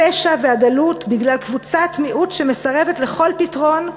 הפשע והדלות בגלל קבוצת מיעוט שמסרבת לכל פתרון,